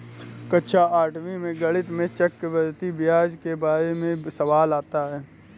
कक्षा आठवीं में गणित में चक्रवर्ती ब्याज के बारे में सवाल आता है